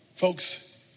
Folks